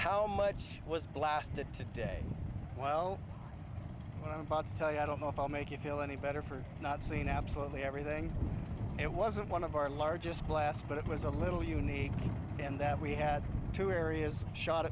how much was blasted today well i don't want to tell you i don't know if i'll make you feel any better for not seeing absolutely everything it wasn't one of our largest blast but it was a little unique in that we had two areas shot